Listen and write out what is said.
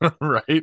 Right